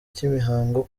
cy’imihango